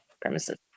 premises